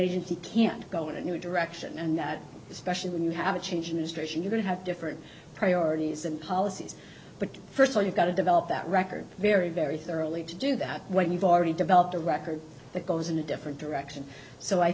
agency can go in a new direction and that especially when you have a change ministration going to have different priorities and policies but first of all you've got to develop that record very very thoroughly to do that when you've already developed a record that goes in a different direction so i